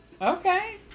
Okay